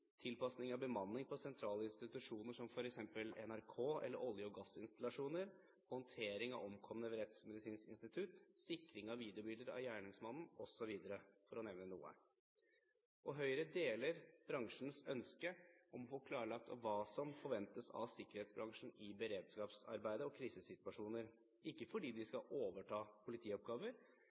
tilpasning av bemanning på sentrale institusjoner som f.eks. NRK eller olje- og gassinstallasjoner, håndtering av omkomne ved Rettsmedisinsk institutt, sikring av videobilder av gjerningsmannen – for å nevne noe. Høyre deler bransjens ønske om å få klarlagt hva som forventes av sikkerhetsbransjen i beredskapsarbeidet og i krisesituasjoner – ikke fordi de skal overta politioppgaver,